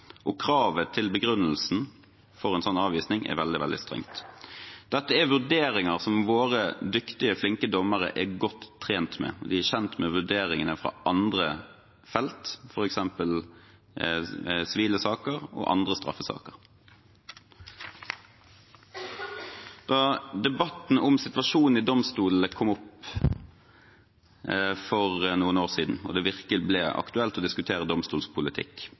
Høyesterett. Kravet til begrunnelse for en slik avvisning er veldig, veldig strengt. Dette er vurderinger som våre dyktige, flinke dommere er godt trent i. De er kjent med vurderingene fra andre felt, f.eks. sivile saker og andre straffesaker. Da debatten om situasjonen i domstolene kom opp for noen år siden og det virkelig ble aktuelt å diskutere domstolspolitikk,